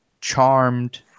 charmed